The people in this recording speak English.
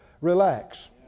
relax